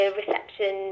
reception